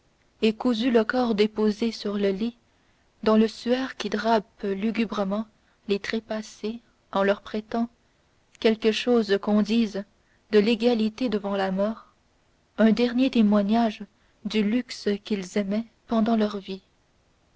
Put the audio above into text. et cousu le corps déposé sur le lit dans le suaire qui drape lugubrement les trépassés en leur prêtant quelque chose qu'on dise de l'égalité devant la mort un dernier témoignage du luxe qu'ils aimaient pendant leur vie